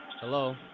Hello